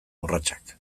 urratsak